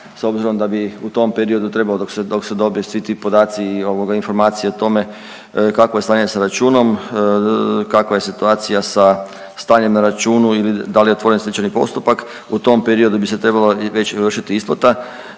s obzirom da bi u tom periodu trebao dok se dobe svi ti podaci i informacije o tome kakvo je stanje sa računom, kakva je situacija sa stanjem na računu i da li je otvoren stečajni postupak u tom periodu bi se trebala već izvršiti isplata.